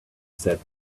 said